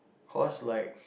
course like